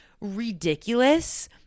ridiculous